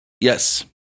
Yes